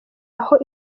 aho